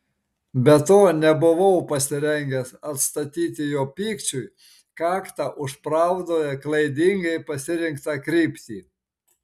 be to nebuvau pasirengęs atstatyti jo pykčiui kaktą už pravdoje klaidingai pasirinktą kryptį